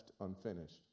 unfinished